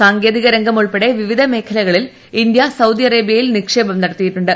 സാങ്കേതിക രംഗം ഉൾപ്പെടെ വിവിധ മേഖലകളിൽ ഇന്ത്യ സൌദി അറേബ്യയിൽ നിക്ഷേപം നടത്തിയിട്ടുണ്ട്